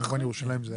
כמובן ירושלים זה